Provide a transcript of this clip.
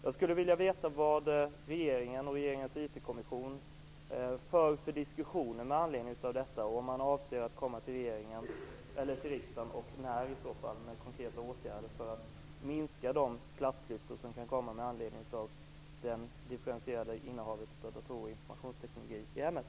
Jag skulle vilja veta vilka diskussioner regeringen och regeringens IT-kommission för med anledning av detta. Avser man att komma till riksdagen, och i så fall när, med förslag om konkreta åtgärder för att minska de klassklyftor som kan uppstå med anledning av det differentierade innehavet av datorer och informationsteknik i hemmet?